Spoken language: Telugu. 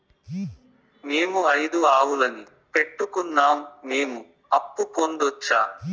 మేము ఐదు ఆవులని పెట్టుకున్నాం, మేము అప్పు పొందొచ్చా